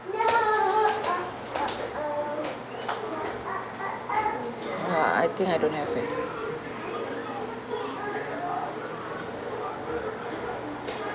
ya I think I don't have eh